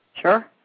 Sure